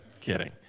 Kidding